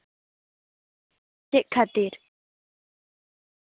ᱪᱮᱫ ᱠᱷᱟᱹᱛᱤᱨ